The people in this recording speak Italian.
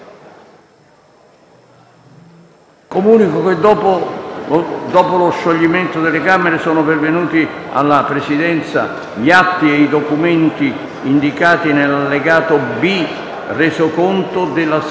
Comunico che, dopo lo scioglimento delle Camere, sono pervenuti alla Presidenza gli atti e i documenti indicati nell'allegato B al Resoconto della seduta odierna.